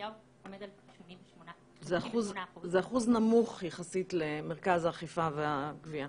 הגבייה עומד על 58%. זה אחוז נמוך יחסית למרכז האכיפה והגבייה.